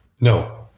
No